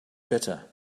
bitter